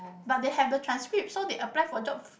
but they have the transcript so they apply for job